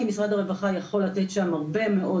כי משרד הרווחה יכול לתת שם הרבה מאוד